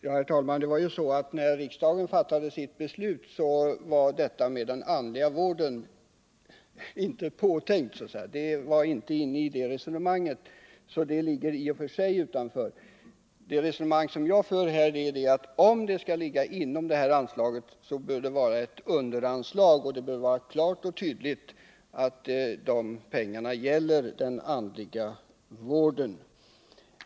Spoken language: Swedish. Herr talman! När riksdagen fattade sitt beslut i frågan var detta stöd till den andliga vården inte påtänkt, så att säga — det var inte medtaget i resonemanget — och det ligger i och för sig utanför. Det resonemang som jag för här innebär att om stödet skall ligga inom anslaget, bör det vara i form av ett underanslag, och det bör då klart och tydligt framgå att de pengarna gäller den andliga vården.